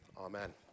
Amen